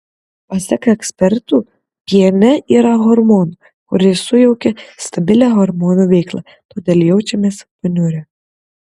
pasak ekspertų piene yra hormonų kurie sujaukia stabilią hormonų veiklą todėl jaučiamės paniurę